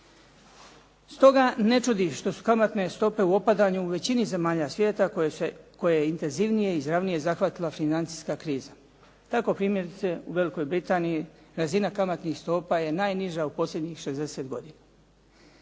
Stoga ne čudi što su kamatne stope u opadanju u većini zemalja svijeta koje je intenzivnije i izravnije zahvatila financijska kriza. Tako primjerice u Velikoj Britaniji razina kamatnih stopa je najniža u posljednjih 60 godina.